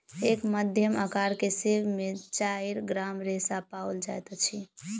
एक मध्यम अकार के सेब में चाइर ग्राम रेशा पाओल जाइत अछि